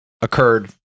occurred